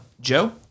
Joe